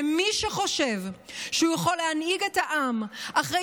מי שחושב שהוא יכול להנהיג את העם אחרי